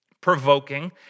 provoking